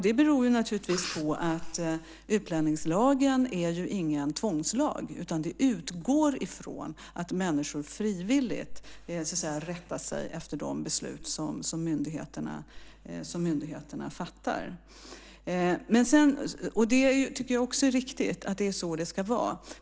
Det beror naturligtvis på att utlänningslagen inte är någon tvångslag, utan vi utgår ifrån att människor frivilligt rättar sig efter de beslut som myndigheterna fattar. Jag tycker att det är så det ska vara.